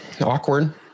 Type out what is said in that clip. Awkward